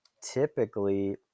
typically